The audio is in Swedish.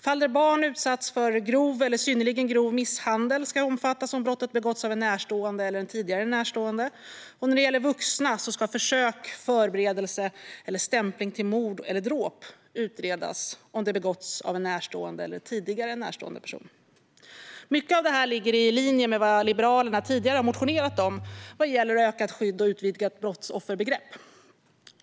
Fall där barn utsatts för grov eller synnerligen grov misshandel ska omfattas om brottet har begåtts av en närstående eller en tidigare närstående. När det gäller vuxna ska försök, förberedelse eller stämpling till mord eller dråp utredas om det har begåtts av en närstående eller en tidigare närstående person. Mycket av detta ligger i linje med vad Liberalerna tidigare har motionerat om när det gäller ökat skydd och utvidgat brottsofferbegrepp.